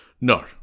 No